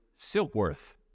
Silkworth